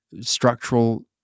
structural